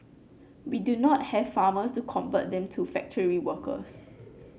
we do not have farmers to convert them to factory workers